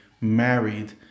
married